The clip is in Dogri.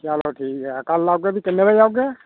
चलो ठीक ऐ कल औगे भी किन्ने बजे औगे